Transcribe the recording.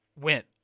went